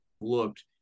looked